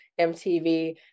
MTV